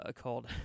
called